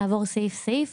נעבור סעיף-סעיף.